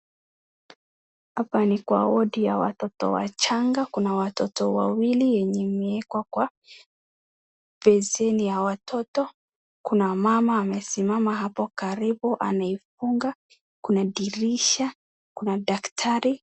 Hapa ni kwa wodi ya watoto wachanga. Kuna watoto wawili yenye imeekwa kwa beseni ya watoto. Kuna mama amesimama hapo karibu anaifunga. Kuna dirisha kuna daktari.